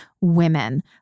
women